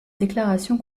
déclarations